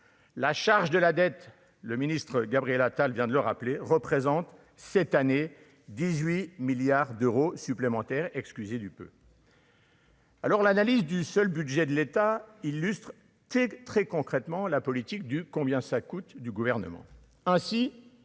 la charge de la dette, le ministre-Gabriel Attal vient de le rappeler représentent cette année 18 milliards d'euros supplémentaires, excusez du peu. Alors l'analyse du seul budget de l'État illustre très concrètement la politique du combien ça coûte, du gouvernement,